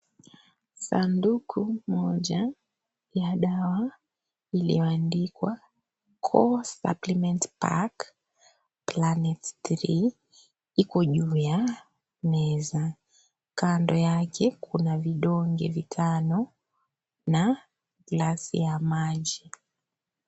Sanduku moja ya dawa iliyoandikwa (CS)core supplements bag planet 3(CS), iko juu ya meza, Kando yake kuna vidonge vitano na glasi ya maji.